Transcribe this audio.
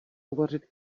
uvařit